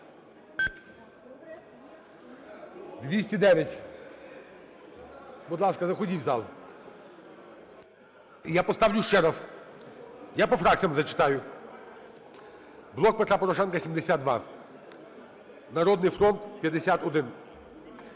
За-209 Будь ласка, заходіть в зал. Я поставлю ще раз. Я по фракціях зачитаю. "Блок Петра Порошенка" – 72, "Народний фронт" –